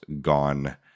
gone